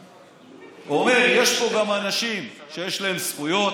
אומר: יש פה גם אנשים שיש להם זכויות,